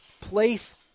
place